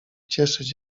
cieszyć